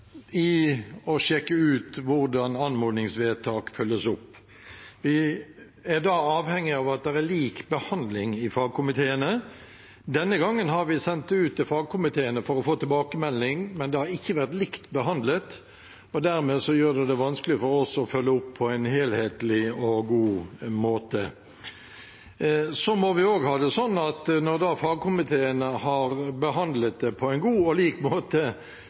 i å sjekke ut hvordan anmodningsvedtak følges opp. Vi er da avhengige av at det er lik behandling i fagkomiteene. Denne gangen har vi sendt det ut til fagkomiteene for å få tilbakemelding, men det har ikke vært likt behandlet, og det gjør det vanskelig for oss å følge opp på en helhetlig og god måte. Vi må også ha det slik at når fagkomiteene har behandlet det på en god og lik måte,